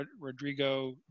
Rodrigo